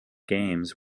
games